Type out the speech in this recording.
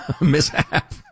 mishap